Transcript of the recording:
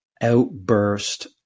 outburst